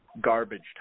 garbage